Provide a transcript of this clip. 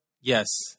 Yes